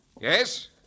Yes